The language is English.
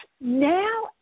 now